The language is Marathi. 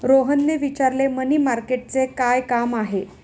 रोहनने विचारले, मनी मार्केटचे काय काम आहे?